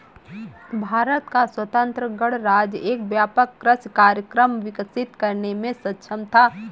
भारत का स्वतंत्र गणराज्य एक व्यापक कृषि कार्यक्रम विकसित करने में सक्षम था